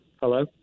Hello